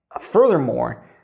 furthermore